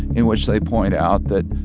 in which they point out that,